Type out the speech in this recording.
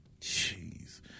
Jeez